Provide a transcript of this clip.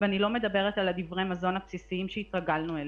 ואני לא מדברת על דברי המזון הבסיסיים שכבר התרגלנו אליהם.